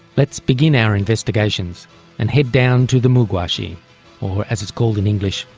let's begin our investigations and head down to the mu-gua xi or, as it's called in english,